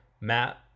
Matt